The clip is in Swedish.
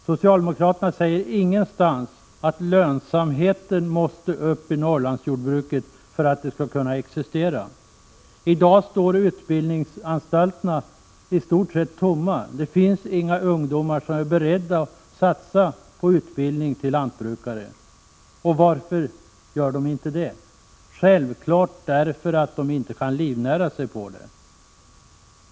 Socialdemokraterna säger ingenting om att lönsamheten i Norrlandsjordbruket måste öka för att det skall kunna existera. I dag står utbildningsanstalterna i stort sett tomma. Det finns inga ungdomar som är beredda att satsa på utbildning till lantbrukare. Och varför inte? Självfallet därför att de inte kan livnära sig på det.